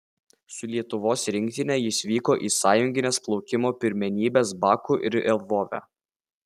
su lietuvos rinktine jis vyko į sąjungines plaukimo pirmenybes baku ir lvove